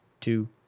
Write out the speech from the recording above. two